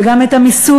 וגם את המיסוי,